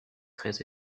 très